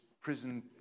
prison